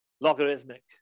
logarithmic